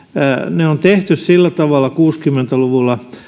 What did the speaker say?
ne on tehty sillä tavalla kuusikymmentä luvulla